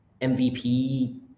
MVP